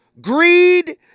greed